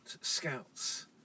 scouts